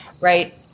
right